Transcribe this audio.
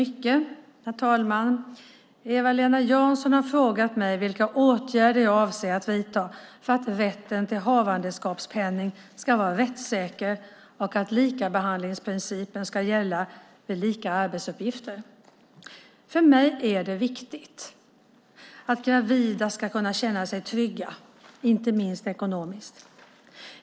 Herr talman! Eva-Lena Jansson har frågat mig vilka åtgärder jag avser att vidta för att rätten till havandeskapspenning ska vara rättssäker och att likabehandlingsprincipen ska gälla vid lika arbetsuppgifter. För mig är det viktigt att gravida ska kunna känna sig trygga, inte minst ekonomisk.